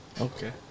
Okay